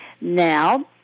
Now